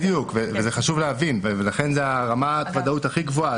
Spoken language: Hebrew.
חשוב להבין את זה ולכן זאת רמת הוודאות הכי גבוהה.